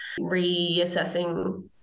reassessing